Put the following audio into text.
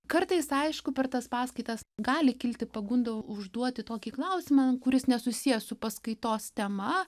kartais aišku per tas paskaitas gali kilti pagunda užduoti tokį klausimą kuris nesusijęs su paskaitos tema